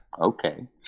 Okay